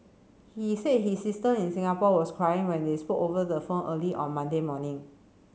he said his sister in Singapore was crying when they spoke over the phone early on Monday morning